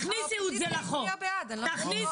האופוזיציה הצביעה בעד, הכול בסדר.